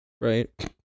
right